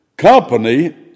Company